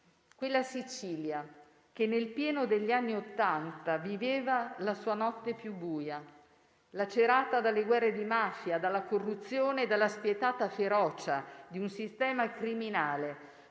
quella Sicilia che nel pieno degli anni Ottanta viveva la sua notte più buia, lacerata dalle guerre di mafia, dalla corruzione e dalla spietata ferocia di un sistema criminale